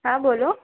હા બોલો